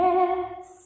Yes